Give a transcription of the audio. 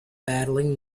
battling